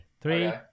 Three